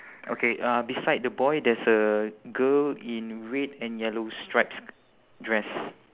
okay uh beside the boy there's a girl in red and yellow stripes dress